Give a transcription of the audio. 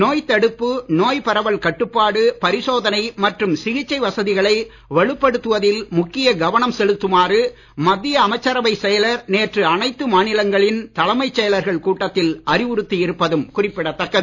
நோய் தடுப்பு நோய் பரவல் கட்டுப்பாடு பரிசோதனை மற்றும் சிகிச்சை வசதிகளை வலுப்படுத்துவதில் முக்கிய கவனம் செலுத்துமாறு மத்திய அமைச்சரவைச் செயலர் நேற்று அனைத்து மாநிலங்களின் தலைமைச் செயலர்கள் கூட்டத்தில் அறிவுறுத்தி இருப்பதும் குறிப்பிடத்தக்கது